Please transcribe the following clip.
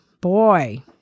Boy